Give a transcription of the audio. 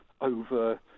over